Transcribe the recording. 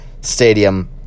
stadium